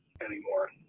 anymore